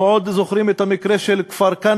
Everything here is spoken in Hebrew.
אנחנו עוד זוכרים את המקרה של כפר-כנא,